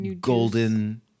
golden